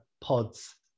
pods